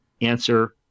answer